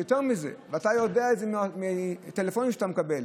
יותר מזה, ואתה יודע את זה מהטלפונים שאתה מקבל,